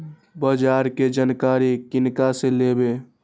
बाजार कै जानकारी किनका से लेवे?